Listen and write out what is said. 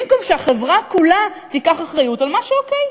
במקום שהחברה כולה תיקח אחריות על מה שאוקיי,